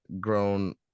grown